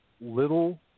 little